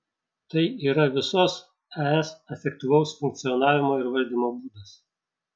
tai yra visos es efektyvaus funkcionavimo ir valdymo būdas